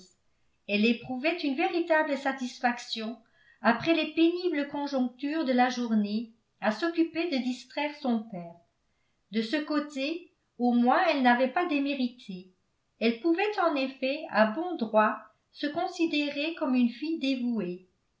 elle éprouvait une véritable satisfaction après les pénibles conjonctures de la journée à s'occuper de distraire son père de ce côté au moins elle n'avait pas démérité elle pouvait en effet à bon droit se considérer comme une fille dévouée